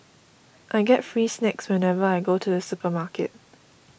I get free snacks whenever I go to the supermarket